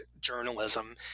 journalism